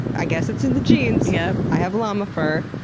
i guess it's in the genes. yeah i have llama fur.